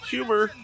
Humor